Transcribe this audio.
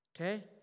Okay